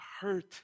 hurt